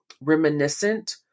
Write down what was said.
reminiscent